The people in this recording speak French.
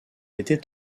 était